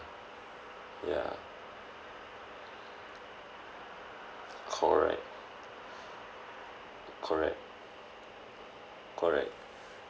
ya correct correct correct